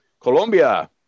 Colombia